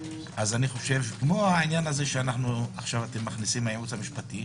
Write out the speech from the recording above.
אני חושב כמו העניין הזה שאתם מכניסים מהייעוץ המשפטי,